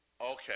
okay